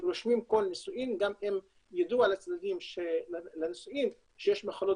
רושמים כל נישואים גם אם ידוע לצדדים שנישאים שיש מחלות